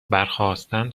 برخاستن